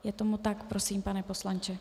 Je tomu tak, prosím, pane poslanče.